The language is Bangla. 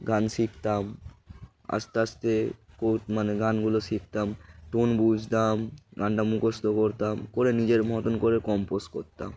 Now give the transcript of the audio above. গান শিখতাম আস্তে আস্তে কো মানে গানগুলো শিখতাম টোন বুঝতাম গানটা মুখস্থ করতাম করে নিজের মতন করে কম্পোজ করতাম